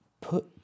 put